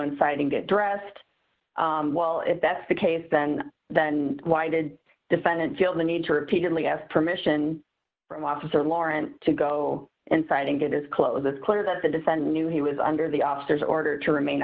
inside and get dressed well if that's the case then then why did defendant feel the need to repeatedly ask permission from officer lauren to go inside and get this close it's clear that the defendant knew he was under the officer's order to remain